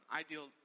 ideal